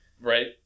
Right